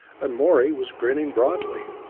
and morey was grinning broadly.